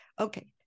Okay